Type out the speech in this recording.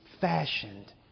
fashioned